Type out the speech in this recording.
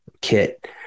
kit